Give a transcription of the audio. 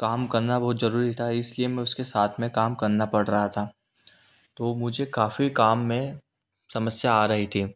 काम करना बहुत जरूरी था इसलिए मैं उसके साथ में काम करना पड़ रहा था तो मुझे काफ़ी काम में समस्या आ रही थी